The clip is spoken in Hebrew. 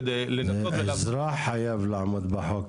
כדי לנסות --- אזרח חייב לעמוד בחוק,